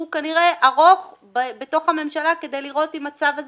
שהוא כנראה ארוך כדי לראות אם הצו הזה